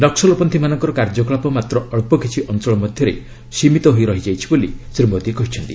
ନକ୍ୱଲପନ୍ଥୀମାନଙ୍କର କାର୍ଯ୍ୟକଳାପ ମାତ୍ର ଅଞ୍ଚ କିଛି ଅଞ୍ଚଳ ମଧ୍ୟରେ ସୀମିତ ରହିଛି ବୋଲି ଶ୍ରୀ ମୋଦି କହିଛନ୍ତି